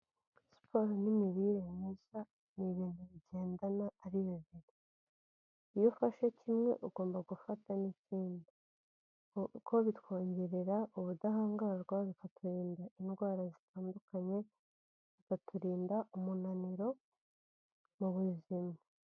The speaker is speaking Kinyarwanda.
Siporo n'imirire myiza ni ibintu bigendana ari bibiri, iyo ufashe kimwe ugomba gufata n'ikindi, kuko bitwongerera ubudahangarwa bikaturinda indwara zitandukanye, bikaturinda umunaniro mu buzima.